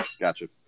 Gotcha